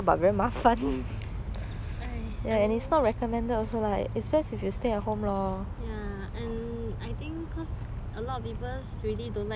ya and I think cause a lot of people really don't like wear mask lah